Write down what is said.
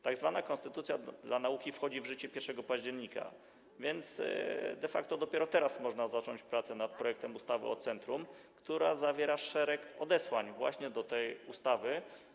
Tak zwana konstytucja dla nauki wchodzi w życie 1 października, więc de facto dopiero teraz można zacząć pracę nad projektem ustawy o centrum, która zawiera szereg odesłań właśnie do tej ustawy.